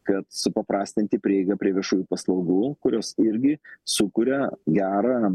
kad supaprastinti prieigą prie viešųjų paslaugų kurios irgi sukuria gerą